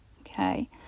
Okay